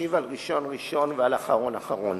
אשיב על ראשון ראשון ועל אחרון אחרון.